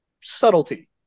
subtlety